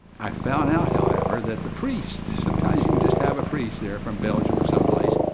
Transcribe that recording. i found out however, that the priest, sometimes you would just have a priest there from belgium or someplace,